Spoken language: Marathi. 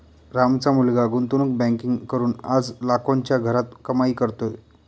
रामचा मुलगा गुंतवणूक बँकिंग करून आज लाखोंच्या घरात कमाई करतोय